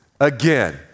again